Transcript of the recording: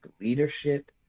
leadership